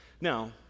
Now